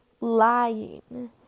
Lying